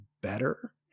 better